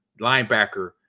linebacker